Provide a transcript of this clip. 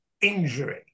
injury